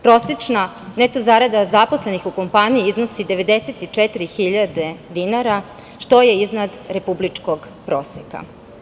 Prosečna neto zarada zaposlenih u kompaniji iznosi 94.000 dinara, što je iznad republičkog proseka.